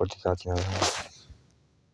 कदि साची ना लाणी।